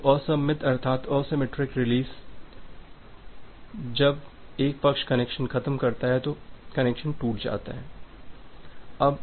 तो असममित अर्थात असिमेट्रिक रिलीज कहती है कि जब एक पक्ष कनेक्शन ख़त्म करता है तो कनेक्शन टूट जाता है